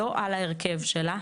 לא על ההרכב שלה,